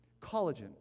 Collagen